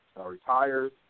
retires